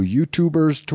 YouTubers